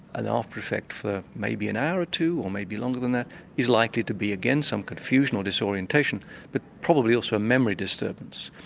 an after effect for maybe an hour or two, or maybe longer than that is likely to be again some confusion or disorientation but probably also a memory disturbance.